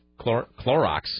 Clorox